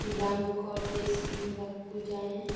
ପିଲାଙ୍କ ଡ୍ରେସ୍ ପିନ୍ଧିବାକୁ ଯାଏଁ